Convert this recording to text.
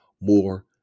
more